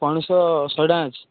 ପଣସ ଶହେ ଟଙ୍କା ଅଛି